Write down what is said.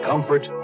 Comfort